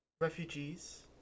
refugees